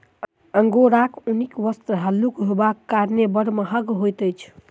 अंगोराक ऊनी वस्त्र हल्लुक होयबाक कारणेँ बड़ महग होइत अछि